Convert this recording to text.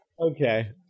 Okay